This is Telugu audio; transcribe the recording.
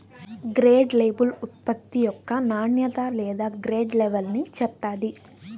గ్రేడ్ లేబుల్ ఉత్పత్తి యొక్క నాణ్యత లేదా గ్రేడ్ లెవల్ని చెప్తాది